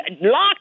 Lock